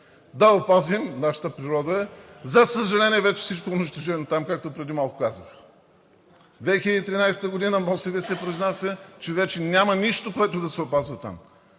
да опазим нашата природа. За съжаление, вече всичко е унищожено там, както преди малко казах – 2013 г. МОСВ се произнася, че вече няма нищо, което да се опазва там